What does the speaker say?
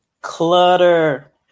clutter